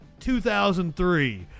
2003